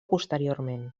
posteriorment